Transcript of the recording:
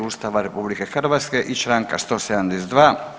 Ustava RH i Članka 172.